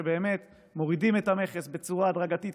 שבאמת מורידים את המכס בצורה הדרגתית,